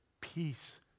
peace